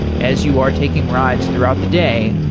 as you are taking rides throughout the day,